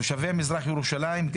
כך גם לגבי תושבי מזרח ירושלים.